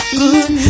good